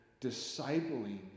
discipling